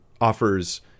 offers